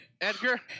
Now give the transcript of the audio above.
Edgar